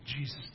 Jesus